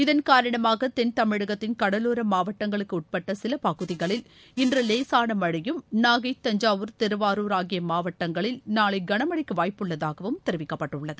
இதன் காரணமாக தென்தமிழகத்தின் கடலோர மாவட்டங்களுக்கு உட்பட்ட சில பகுதிகளில் இன்று லேசான மழையும் நாகை தஞ்சாவூர் திருவாரூர் ஆகிய மாவட்டங்களில் நாளை கனமழழக்கு வாய்ப்புள்ளதாகவும் தெரிவிக்கப்பட்டுள்ளது